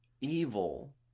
evil